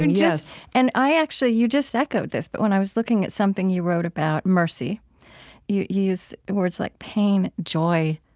and yes and actually, you just echoed this. but when i was looking at something you wrote about mercy you you used words like pain, joy,